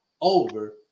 over